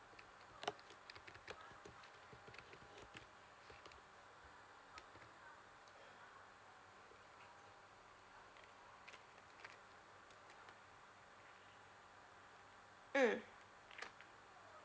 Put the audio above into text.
mm